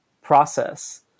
process